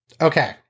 Okay